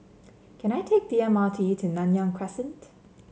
can I take the M R T to Nanyang Crescent